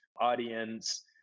audience